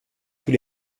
tous